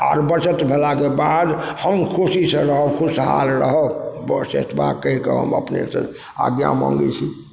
आओर बचत भेलाके बाद हम खुशीसँ रहब खुशहाल रहब बस अतबा कहिके हम अपनेसँ आज्ञा मङ्गय छी